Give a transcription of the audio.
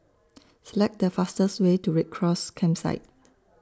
Select The fastest Way to Red Cross Campsite